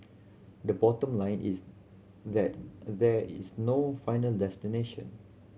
the bottom line is that there is no final destination